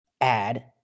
add